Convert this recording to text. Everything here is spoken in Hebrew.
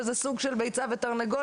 וזה סוג של ביצה ותרנגולת.